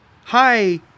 Hi